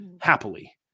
Happily